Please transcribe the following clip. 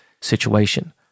situation